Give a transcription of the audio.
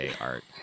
art